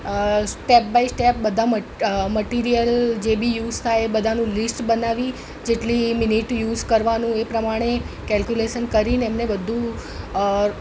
step by step બધા material જે બી યુઝ થાય એ બધાનું લિસ્ટ બનાવી જેટલી મિનિટ યુઝ કરવાનું એ પ્રમાણે કેલ્ક્યુલેસન કરીને એમને બધું ઓર